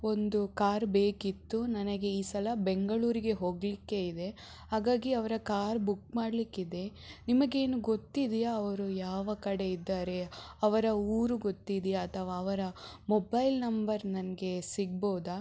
ಒಂದು ಕಾರ್ ಬೇಕಿತ್ತು ನನಗೆ ಈ ಸಲ ಬೆಂಗಳೂರಿಗೆ ಹೋಗಲಿಕ್ಕೆ ಇದೆ ಹಾಗಾಗಿ ಅವರ ಕಾರ್ ಬುಕ್ ಮಾಡಲಿಕ್ಕಿದೆ ನಿಮಗೇನು ಗೊತ್ತಿದೆಯಾ ಅವರು ಯಾವ ಕಡೆ ಇದ್ದಾರೆ ಅವರ ಊರು ಗೊತ್ತಿದೆಯಾ ಅಥವಾ ಅವರ ಮೊಬೈಲ್ ನಂಬರ್ ನನಗೆ ಸಿಗ್ಬೋದಾ